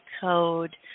code